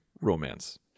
romance